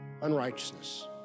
unrighteousness